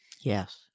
Yes